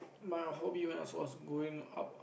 my hobby when I was was growing up ah